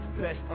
Best